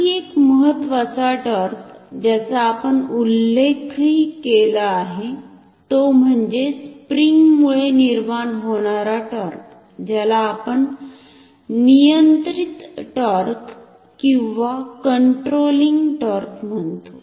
आणखी एक महत्त्वाचा टॉर्क ज्याचा आपण उल्लेखही केला आहे तो म्हणजे स्प्रिंगमुळे निर्माण होणारा टॉर्क ज्याला आपण नियंत्रित टॉर्क कंट्रोल्लिंग टॉर्क म्हणतो